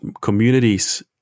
communities